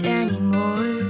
anymore